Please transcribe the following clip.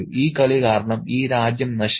ഈ കളി കാരണം ഈ രാജ്യം നശിക്കും